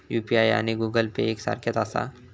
UPI आणि Google Pay एक सारख्याच आसा?